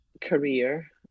career